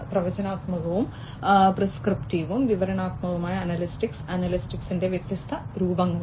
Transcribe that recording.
പ്രവചനാത്മകവും പ്രിസ്ക്രിപ്റ്റീവും വിവരണാത്മകവുമായ അനലിറ്റിക്സ് അനലിറ്റിക്സിന്റെ വ്യത്യസ്ത രൂപങ്ങളാണ്